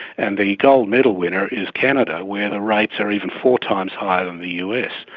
and the gold medal winner is canada where the rates are even four times higher than the us,